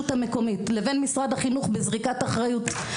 המקומית לבין משרד החינוך בזריקת אחריות.